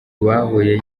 bahuye